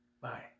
bye